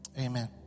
Amen